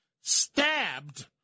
stabbed